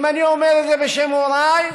אני אומר את זה בשם הוריי,